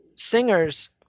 singers